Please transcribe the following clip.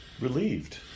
relieved